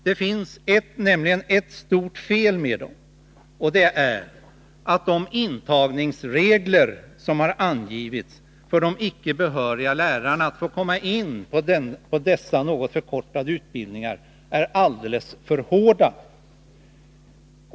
Det finns dock ett stort fel med dem, och det är att de intagningsregler som har angivits för de icke behöriga lärarna att komma in på dessa något förkortade utbildningar är alldeles för hårda.